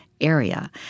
area